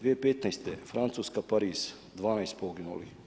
2015. - Francuska, Pariz - 12 poginulih.